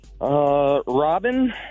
Robin